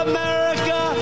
America